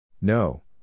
No